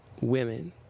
women